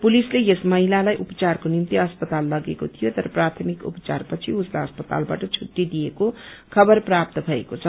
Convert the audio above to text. पुलिसले यस महिलालाई उपचारको निम्ति अस्पताल लगेको थियो तर प्राथमिक उपचार पछि उसलाई अस्पतालबाट छुट्टी दिएको खबर प्राप्त भएको छ